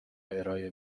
ارایه